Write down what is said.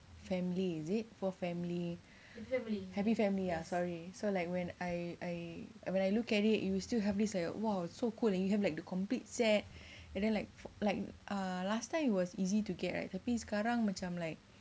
family is it poor family happy family ah sorry so like when I I I when I look at it you will still have this like !wow! so cool and you have like the complete set and then like like err last time it was easy to get right tapi sekarang macam like